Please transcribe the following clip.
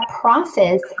process